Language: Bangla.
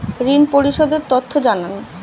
ঋন পরিশোধ এর তথ্য জানান